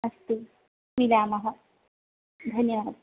अस्तु मिलामः धन्यवादः